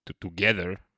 together